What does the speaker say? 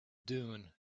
dune